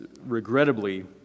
regrettably